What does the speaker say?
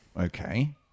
Okay